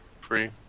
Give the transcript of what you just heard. free